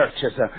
churches